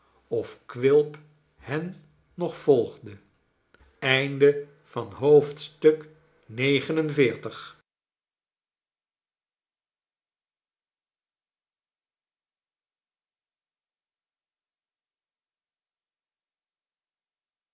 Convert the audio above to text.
of quilp hen ook volgde